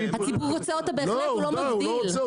הציבור רוצה אותה בהחלט הוא לא מבדיל,